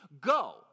go